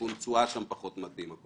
שסיכון התשואה שם פחות מתאים, הקובננטים,